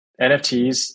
NFTs